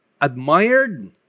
admired